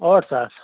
ٲٹھ ساس